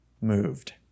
moved